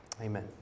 amen